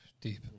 Deep